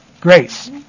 grace